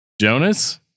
Jonas